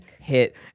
hit